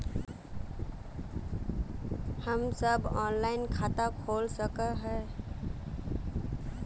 हम सब ऑनलाइन खाता खोल सके है?